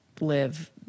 live